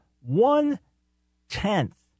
one-tenth